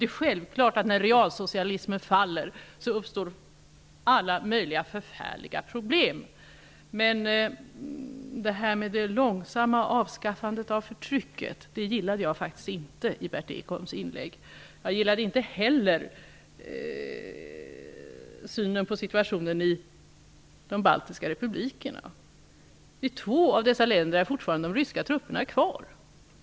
Det är självklart att alla möjliga, förfärliga problem uppstår när realsocialismen faller. Talet om det långsamma avskaffandet av förtrycket tyckte jag faktiskt inte om i Berndt Ekholms inlägg. Jag tyckte inte heller om synen på situationen i de baltiska republikerna. I två av dessa länder är de ryska trupperna fortfarande kvar.